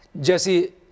Jesse